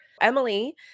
Emily